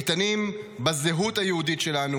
איתנים בזהות היהודית שלנו,